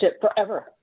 forever